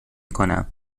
کنم